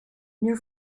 near